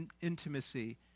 intimacy